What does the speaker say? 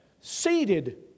seated